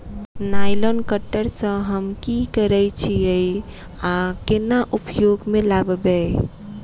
Nylon cutter सँ हम की करै छीयै आ केना उपयोग म लाबबै?